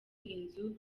inzu